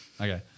Okay